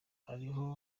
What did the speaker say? ariho